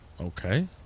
Okay